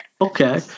Okay